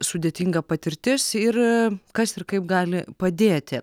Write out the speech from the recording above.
sudėtinga patirtis ir kas ir kaip gali padėti